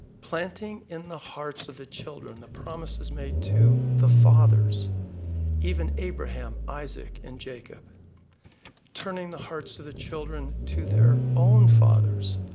planting in the hearts of the children the promises made to the fathers even abraham, isaac, and jacob turning the hearts of the children to their own fathers,